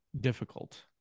difficult